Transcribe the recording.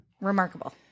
Remarkable